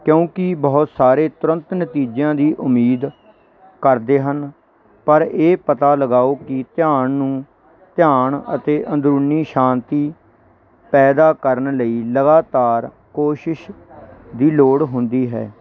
ਕਿਉਂਕਿ ਬਹੁਤ ਸਾਰੇ ਤੁਰੰਤ ਨਤੀਜਿਆਂ ਦੀ ਉਮੀਦ ਕਰਦੇ ਹਨ ਪਰ ਇਹ ਪਤਾ ਲਗਾਓ ਕਿ ਧਿਆਨ ਨੂੰ ਧਿਆਨ ਅਤੇ ਅੰਦਰੂਨੀ ਸ਼ਾਂਤੀ ਪੈਦਾ ਕਰਨ ਲਈ ਲਗਾਤਾਰ ਕੋਸ਼ਿਸ਼ ਦੀ ਲੋੜ ਹੁੰਦੀ ਹੈ